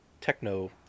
techno